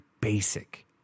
basic